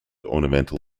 ornamental